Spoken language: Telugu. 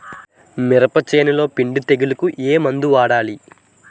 మినప చేనులో పిండి తెగులుకు ఏమందు వాడాలి?